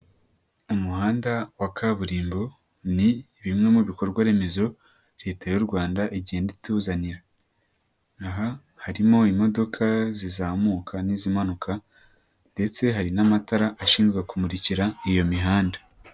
Umuhanda wa kaburimbo ni bimwe mu bikorwa remezo Leta y'u Rwanda igenda ituzanira aha harimo imodoka zizamuka n'izimanuka ndetse hari n'amatara ashinzwe kumurikira iyo mihanda.